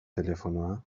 telefonoa